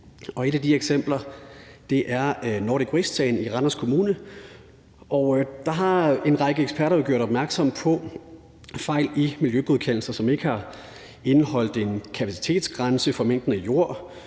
Et af de eksempler er Nordic Waste-sagen i Randers Kommune. Der har en række eksperter jo gjort opmærksom på fejl i miljøgodkendelser, som ikke har indeholdt en kapacitetsgrænse for mængden af jord,